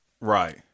Right